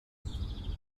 lui